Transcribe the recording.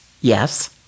yes